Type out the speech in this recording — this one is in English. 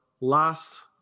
last